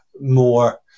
more